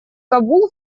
кабул